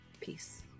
Peace